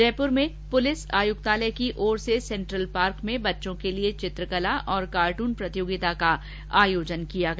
Jaipur police आयुक्तालय की ओर से सेंट्रल पार्क में बच्चों के लिये चित्रकला और कार्टून प्रतियोगिता का आयोजन किया गया